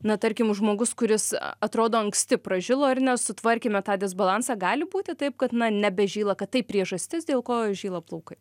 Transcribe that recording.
na tarkim žmogus kuris atrodo anksti pražilo ar ne sutvarkėme tą disbalansą gali būti taip kad na nebe žyla kad tai priežastis dėl ko jis žyla plaukai